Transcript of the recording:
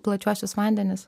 plačiuosius vandenis